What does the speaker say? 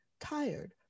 tired